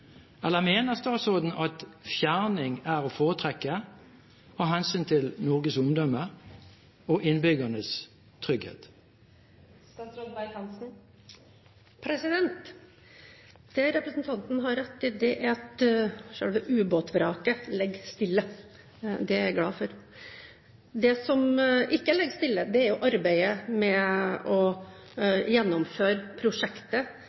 Eller mener statsråden at fjerning er å foretrekke av hensyn til Norges omdømme og innbyggernes trygghet? Det representanten har rett i, er at selve ubåtvraket ligger stille. Det er jeg glad for. Det som ikke ligger stille, er arbeidet med å gjennomføre prosjektet